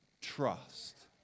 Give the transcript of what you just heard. trust